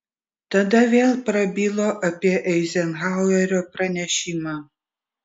tada vėl prabilo apie eizenhauerio pranešimą